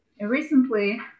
recently